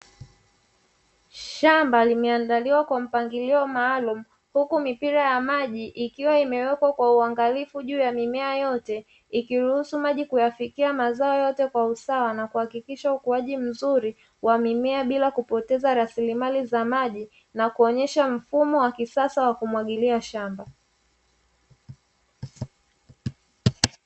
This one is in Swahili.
Shamba limeandaliwa kwa mpangilio maalumu, huku mipira ya maji ikiwa imewekwa kwa uangalifu juu ya mimea yote, ikiruhusu maji kuifikia mimea yote kwa usawa na kuhakikisha ukuaji mzuri wa mimea bila kupoteza rasilimali za maji, na kuonyesha mfumo wa kisasa wa kumwagilia shamba.